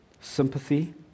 sympathy